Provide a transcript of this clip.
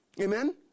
Amen